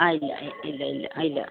ആ ഇല്ല ഇല്ല ഇല്ല ആ ഇല്ല